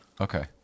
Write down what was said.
Okay